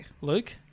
Luke